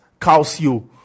Calcio